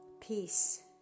Peace